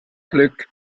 glück